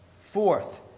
fourth